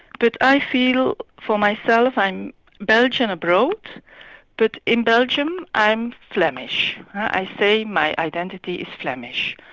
but i feel for myself, i'm belgian abroad but in belgium i'm flemish. i say my identity is flemish.